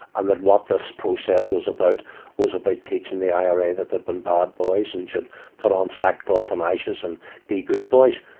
and that what this process was about was about teaching the ira that they'd been bad boys and should put on sack cloth and ashes and be good boys.